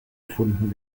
gefunden